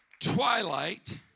twilight